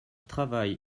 travail